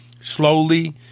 slowly